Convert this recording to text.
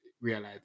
realize